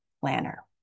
planner